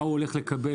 מה הוא הולך לקבל,